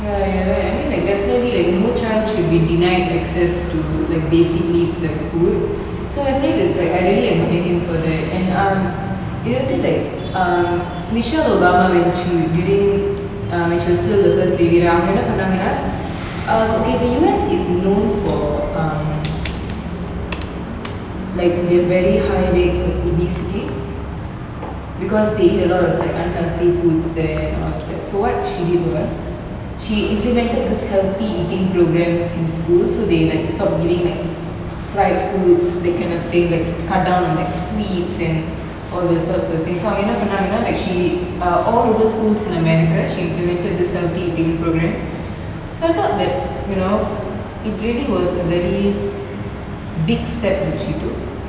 ya you're right I mean like definitely like no child should be denied access to like basic needs like food so I feel it's like I really admire him for that and um வந்து:vanthu like um michelle obama when she was dealing err when she was still the first lady அவங்கஎன்னபன்னாங்கன்னா:avanga pannanganna um okay the U_S is known for um like their very high rates of obesity because they eat a lot of like unhealthy foods there all of that so what she did was she implemented this healthy eating programmes in school so they like stop giving like fried foods that kind of thing like st~ cut down on like sweets and all the sorts of things அவங்க என்னபன்னாங்கன்னா:avanga enna pannanganna like she err all over schools in america she implemented this healthy eating programme so I thought that you know it really was a very big step that she took